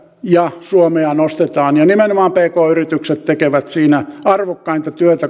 ja suomea nostetaan ja nimenomaan pk yritykset tekevät siinä arvokkainta työtä